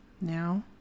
now